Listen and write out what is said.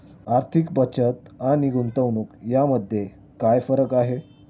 आर्थिक बचत आणि गुंतवणूक यामध्ये काय फरक आहे?